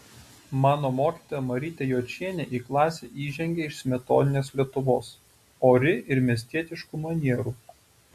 mano mokytoja marytė jočienė į klasę įžengė iš smetoninės lietuvos ori ir miestietiškų manierų